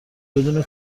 بدون